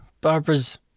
Barbara's